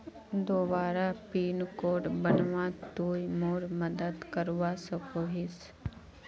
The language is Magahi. दोबारा पिन कोड बनवात तुई मोर मदद करवा सकोहिस?